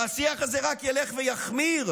והשיח הזה רק ילך ויחמיר",